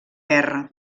guerra